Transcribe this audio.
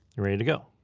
you're ready to go.